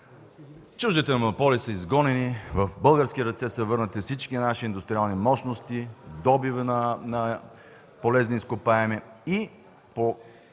чуждите монополи са изгонени, в български ръце са върнати всички наши индустриални мощности, добивът на полезни изкопаеми и